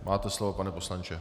Máte slovo, pane poslanče.